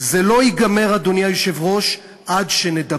זה לא ייגמר, אדוני היושב-ראש, עד שנדבר.